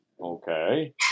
Okay